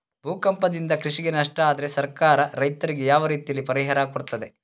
ಭೂಕಂಪದಿಂದ ಕೃಷಿಗೆ ನಷ್ಟ ಆದ್ರೆ ಸರ್ಕಾರ ರೈತರಿಗೆ ಯಾವ ರೀತಿಯಲ್ಲಿ ಪರಿಹಾರ ಕೊಡ್ತದೆ?